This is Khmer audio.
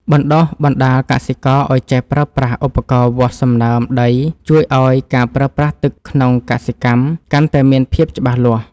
បណ្ដុះបណ្ដាលកសិករឱ្យចេះប្រើប្រាស់ឧបករណ៍វាស់សំណើមដីជួយឱ្យការប្រើប្រាស់ទឹកក្នុងកសិកម្មកាន់តែមានភាពច្បាស់លាស់។